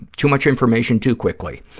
too much information too quickly,